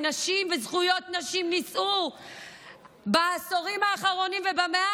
שנשים וזכויות נשים נישאו בעשורים האחרונים ובמאה